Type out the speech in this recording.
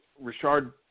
Richard